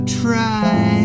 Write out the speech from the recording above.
try